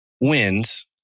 wins